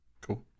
Cool